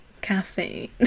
caffeine